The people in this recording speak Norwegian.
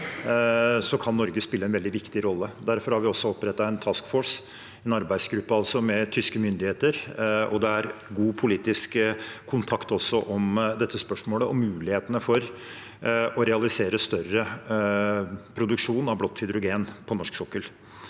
kan Norge spille en veldig viktig rolle. Derfor har vi opprettet en «task force», altså en arbeidsgruppe, med tyske myndigheter, og det er god politisk kontakt om dette spørsmålet og mulighetene for å realisere større produksjon av blått hydrogen på norsk sokkel.